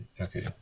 Okay